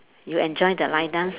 you enjoy the line dance